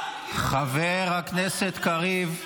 די --- חבר הכנסת קריב.